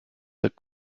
that